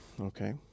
okay